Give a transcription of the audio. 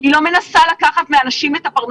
אני רוצה לתת לכם נתונים ששלחתי גם למספר הספורט,